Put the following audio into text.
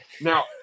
Now